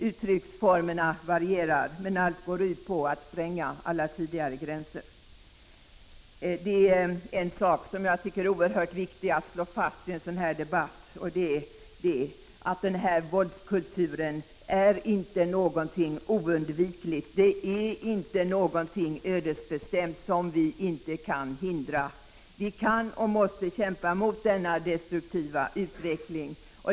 Uttrycksformerna varierar, men allt går ut på att spränga alla tidigare gränser. Det är oerhört viktigt att vi i en sådan här debatt slår fast att denna våldskultur inte är något oundvikligt och ödesbestämt som vi inte kan hindra. Vi kan och måste kämpa mot denna destruktiva utveckling.